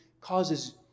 causes